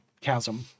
chasm